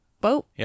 boat